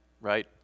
right